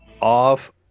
off